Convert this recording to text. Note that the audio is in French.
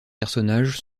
personnages